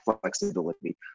flexibility